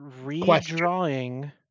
Redrawing